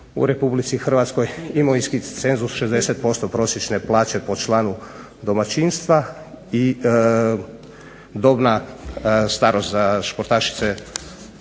u RH, imovinski cenzus 60% prosječne plaće po članu domaćinstva i dobna starost za sportašice